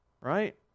Right